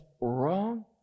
wrong